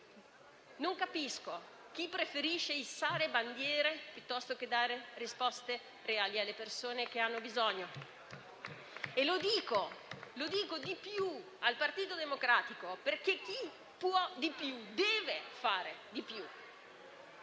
Non capisco chi preferisce issare bandiere piuttosto che dare risposte reali alle persone che hanno bisogno. Mi rivolgo di più al Partito Democratico, perché chi può di più deve fare di più.